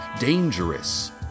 dangerous